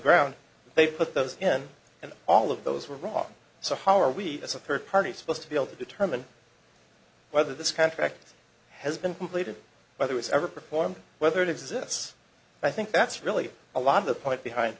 ground they put those in and all of those were wrong so how are we as a third party supposed to be able to determine whether this contract has been completed whether it's ever performed whether it exists i think that's really a lot of the point behind